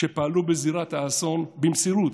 שפעלו בזירת האסון במסירות,